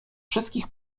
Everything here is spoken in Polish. wszystkich